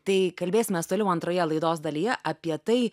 tai kalbėsimės toliau antroje laidos dalyje apie tai